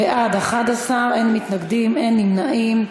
בעד, 11, אין מתנגדים, אין נמנעים.